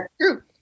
true